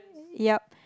yup